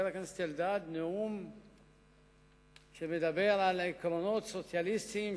הכנסת אלדד נאום שמדבר על עקרונות סוציאליסטיים,